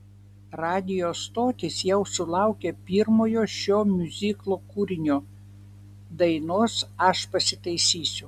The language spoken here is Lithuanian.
radijo stotys jau sulaukė pirmojo šio miuziklo kūrinio dainos aš pasitaisysiu